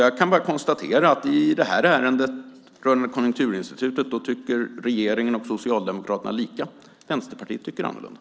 Jag kan bara konstatera att i detta ärende rörande Konjunkturinstitutet tycker regeringen och Socialdemokraterna lika och Vänsterpartiet annorlunda.